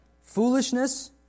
foolishness